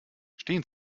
stehen